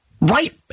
right